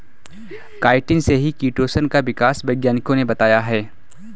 chitin से ही chitosan का विकास वैज्ञानिकों ने बताया है